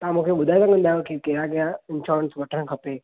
तां मूंखे ॿुधाइ सघंदा आहियो की कहिड़ा कहिड़ा इंश्योरस वठणु खपे